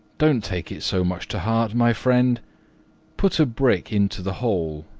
don't take it so much to heart, my friend put a brick into the hole,